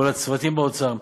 כל הצוותים באוצר.